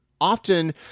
often